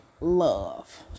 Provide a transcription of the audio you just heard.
love